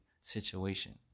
situation